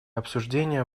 обсуждение